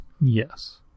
yes